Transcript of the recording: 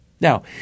Now